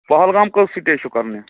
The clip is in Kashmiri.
پہلگام کٔژ سِٹے چھُو کَرنہِ